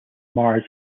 mars